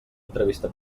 entrevista